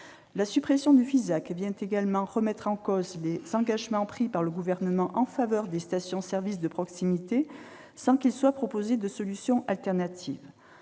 La suppression du FISAC vient également remettre en cause les engagements pris par le Gouvernement en faveur des stations-service de proximité, sans qu'il soit proposé de solution alternative.